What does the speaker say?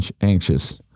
anxious